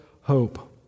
hope